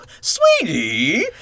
sweetie